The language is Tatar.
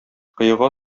коега